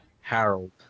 Harold